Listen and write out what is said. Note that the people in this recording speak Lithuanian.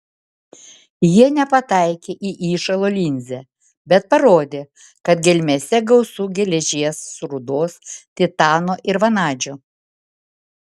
jie nepataikė į įšalo linzę bet parodė kad gelmėse gausu geležies rūdos titano ir vanadžio